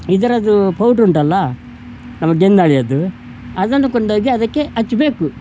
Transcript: ಇದರದ್ದು ಪೌಡ್ರ್ ಉಂಟಲ್ಲ ನಮ್ಮ ಗೆಂದಾಳಿಯದ್ದು ಅದನ್ನು ಕೊಂಡೋಗಿ ಅದಕ್ಕೆ ಹಚ್ಬೇಕು